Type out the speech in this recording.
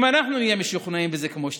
אם אנחנו נהיה משוכנעים בזה כמו שצריך,